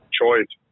choice